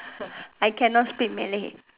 I cannot speak Malay